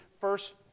first